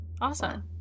Awesome